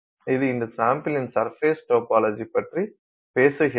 எனவே இது இந்த சாம்பிளின் சர்ஃபெஸ் டொபாலாஜி பற்றி பேசுகிறது